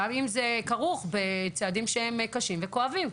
גם אם זה כרוך בצעדים קשים וכואבים,